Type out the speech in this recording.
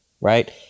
right